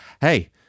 hey